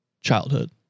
childhood